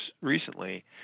recently